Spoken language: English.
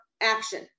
action